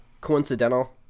coincidental